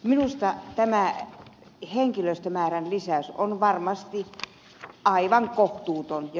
minusta tämä henkilöstömäärän lisäys on aivan kohtuuton ja suhteeton